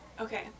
Okay